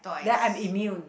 then I am immuned